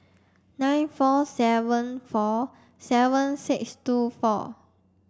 nine four seven four seven six two four